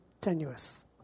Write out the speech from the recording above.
tenuous